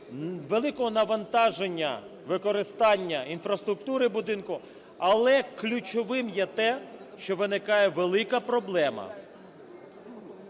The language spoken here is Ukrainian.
великого навантаження використання інфраструктури будинку. Але ключовим є те, що виникає велика проблема